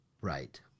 Right